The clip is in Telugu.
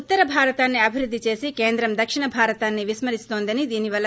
ఉత్తర భారతాన్ని అభివృద్ధి చేసి కేంద్రం దక్షిణ భారతాన్ని విస్మరిస్తుందని దిని వల్ల